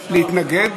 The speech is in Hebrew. אפשר להתנגד?